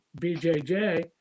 BJJ